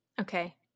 Okay